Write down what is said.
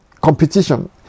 competition